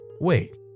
Wait